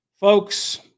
Folks